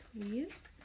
please